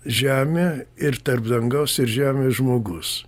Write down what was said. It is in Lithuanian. žemė ir tarp dangaus ir žemės žmogus